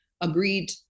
agreed